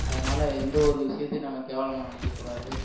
அதனால் எந்தவொரு விஷயத்தையும் நம்ம கேவலமாக நினைக்கக் கூடாது